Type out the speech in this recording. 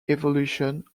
evolution